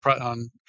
on